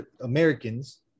Americans